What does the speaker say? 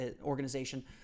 organization